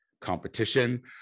competition